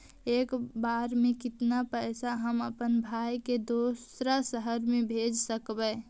एक बेर मे कतना पैसा हम अपन भाइ के दोसर शहर मे भेज सकबै?